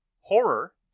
horror